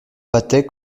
battaient